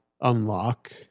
unlock